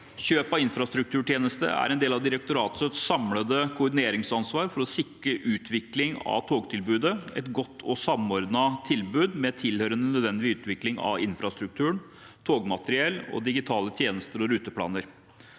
Kjøp av infrastrukturtjenester er en del av direktoratets samlede koordineringsansvar for å sikre utvikling av togtilbudet – et godt og samordnet tilbud med tilhørende nødvendig utvikling av infrastrukturen, togmateriell og digitale tjenester og ruteplaner.